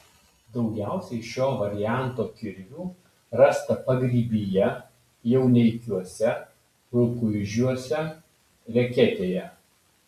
daugiausiai šio varianto kirvių rasta pagrybyje jauneikiuose rukuižiuose reketėje